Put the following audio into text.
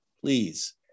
please